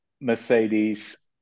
Mercedes